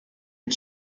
and